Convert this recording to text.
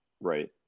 Right